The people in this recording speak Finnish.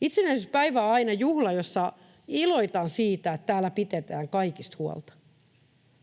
Itsenäisyyspäivä on aina juhla, jossa iloitaan siitä, että täällä pidetään kaikista huolta,